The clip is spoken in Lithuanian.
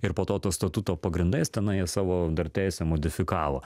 ir po to to statuto pagrindais tenai savo dar teisėm modifikavo